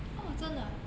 !wah! 真的啊